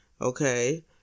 okay